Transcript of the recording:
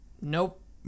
Nope